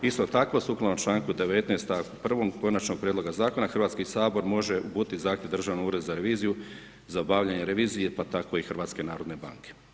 Isto tako, sukladni članku 19. stavku 1. konačnog prijedloga zakona, Hrvatski sabor može uputiti Državnom uredu za reviziju za obavljanje revizije pa tako i HNB-a.